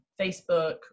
Facebook